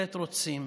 בהחלט רוצים